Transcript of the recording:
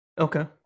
Okay